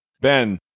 Ben